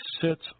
sits